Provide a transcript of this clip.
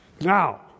Now